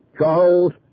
Charles